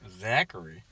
Zachary